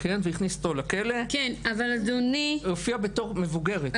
והכניסו אותו לכלא, היא הופיעה בתור מבוגרת.